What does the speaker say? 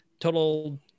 total